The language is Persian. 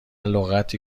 لغتی